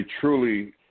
truly